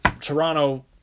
Toronto